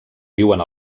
viuen